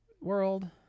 world